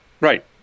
right